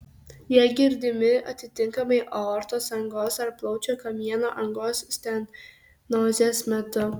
jie girdimi atitinkamai aortos angos ar plaučių kamieno angos stenozės metu